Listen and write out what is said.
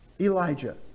Elijah